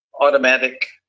automatic